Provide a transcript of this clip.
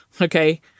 Okay